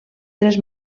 tres